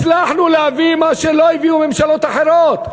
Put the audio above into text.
הצלחנו להביא מה שלא הביאו ממשלות אחרות,